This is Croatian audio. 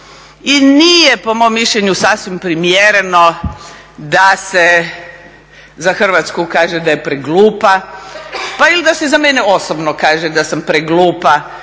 I nije po mom mišljenju sasvim primjereno da se za Hrvatsku kaže da je preglupa, pa ili da se za mene osobno kaže da sam preglupa